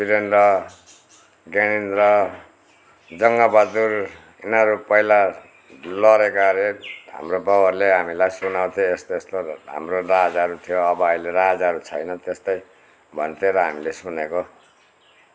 विरेन्द्र ज्ञानेन्द्र जङ्गबहादुर यिनीहरू पहिला लडेका अरे हाम्रो बाउहरूले हामीलाई सुनाउथेँ यस्तो यस्तोहरू हाम्रो राजाहरू थियो अब अहिले राजाहरू छैन त्यस्तै भन्थे र हामीले सुनेको